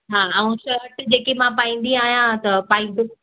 हा ऐं शर्ट जेकी मां पाईंदी आहियां त पाईंद